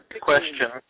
question